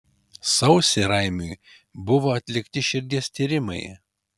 sausį raimiui buvo atlikti širdies tyrimai